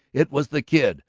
it was the kid.